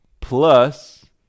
plus